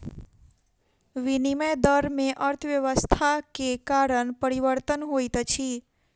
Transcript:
विनिमय दर में अर्थव्यवस्था के कारण परिवर्तन होइत अछि